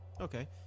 Okay